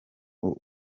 ubu